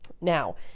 Now